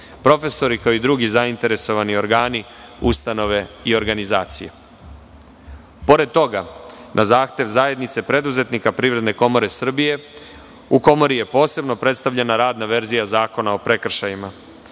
profesori, kao i drugi zainteresovani organi, ustanove i organizacije. Pored toga, na zahtev zajednice preduzetnika Privredne komore Srbije, u Komori je posebno predstavljena radna verzija Zakona o prekršajima,